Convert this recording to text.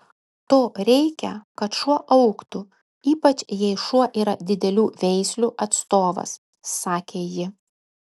to reikia kad šuo augtų ypač jei šuo yra didelių veislių atstovas sakė ji